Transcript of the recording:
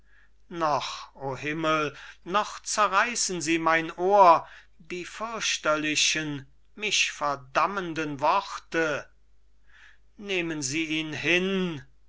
noch o himmel noch zerreißen sie meine ohren die fürchterlichen mich verdammenden worte nehmen sie ihn hin